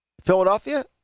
Philadelphia